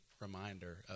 reminder